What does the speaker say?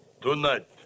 tonight